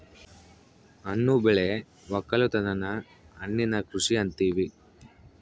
ಹಣ್ಣು ಬೆಳೆ ವಕ್ಕಲುತನನ ಹಣ್ಣಿನ ಕೃಷಿ ಅಂತಿವಿ